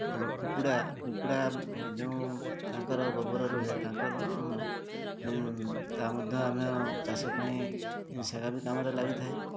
ଏଇ ଯୋଉ କୁକୁଡ଼ା କୁକୁଡ଼ା ଯୋଉ ତାଙ୍କର ଗୋବର ରୁହେ ତାଙ୍କର ତା ମଧ୍ୟ ଆମେ ଚାଷ ପାଇଁ ସେଗା ବି କାମରେ ଲାଗିଥାଏ